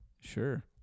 Sure